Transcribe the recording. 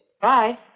Bye